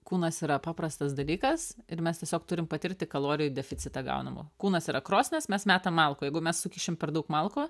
kūnas yra paprastas dalykas ir mes tiesiog turim patirti kalorijų deficitą gaunamų kūnas yra krosnis mes metam malkų jeigu mes sukišim per daug malkų